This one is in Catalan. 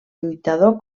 lluitador